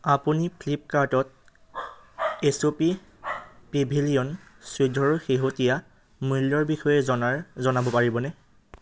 আপুনি ফ্লিপকাৰ্টত H P pavilion চৈধ্যৰ শেহতীয়া মূল্যৰ বিষয়ে জনাৰ জনাব পাৰিবনে